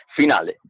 finale